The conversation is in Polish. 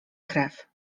krew